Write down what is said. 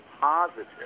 positive